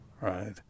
Right